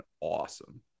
awesome